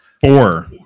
four